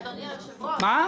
אדוני היושב-ראש --- נכון.